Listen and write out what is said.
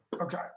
okay